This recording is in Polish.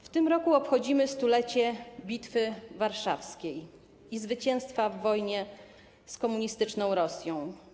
W tym roku obchodzimy 100-lecie Bitwy Warszawskiej i zwycięstwa w wojnie z komunistyczną Rosją.